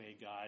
God